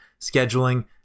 scheduling